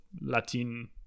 latin